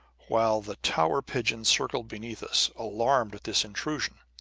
while the tower pigeons circled beneath us, alarmed at this intrusion.